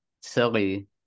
silly